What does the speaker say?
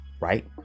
right